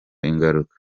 ingaruka